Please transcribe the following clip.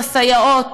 הסייעות,